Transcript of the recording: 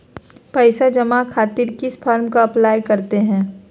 पैसा जमा खातिर किस फॉर्म का अप्लाई करते हैं?